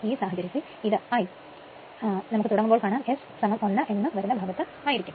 ഈ സാഹചര്യത്തിൽ ഇത് I തുടങ്ങുമ്പോൾ S 1 എന്ന് വരുന്ന ഭാഗത്തു ആയിരിക്കും